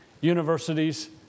universities